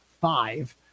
five